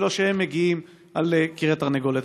ולא כשהם מגיעים על כרעי התרנגולת.